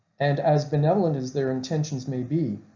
and as benevolent as their intentions may be,